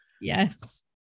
Yes